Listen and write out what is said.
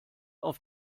auf